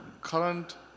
current